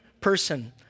person